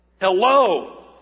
Hello